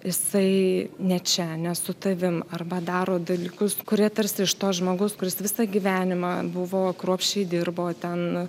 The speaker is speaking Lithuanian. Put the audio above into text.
jisai ne čia ne su tavim arba daro dalykus kurie tarsi iš to žmogaus kuris visą gyvenimą buvo kruopščiai dirbo ten